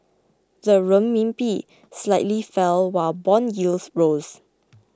the Renminbi slightly fell while bond yields rose